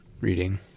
reading